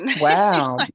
Wow